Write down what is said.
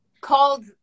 called